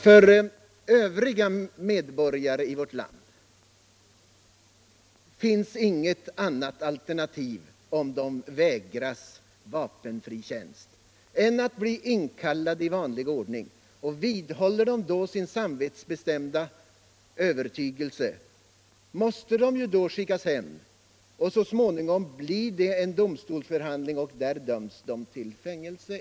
För övriga medborgare i vårt land finns, om de vägras vapenfri tjänst, inget annat alternativ än att bli inkallade i vanlig ordning. Vidhåller de då sin samvetsbestämda övertygelse måste de skickas hem, och så småningom blir det en domstolsförhandling, och där döms de till fängelse.